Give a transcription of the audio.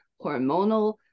hormonal